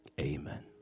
Amen